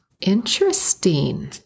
Interesting